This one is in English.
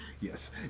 yes